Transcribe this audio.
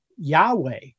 Yahweh